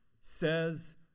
says